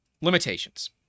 Limitations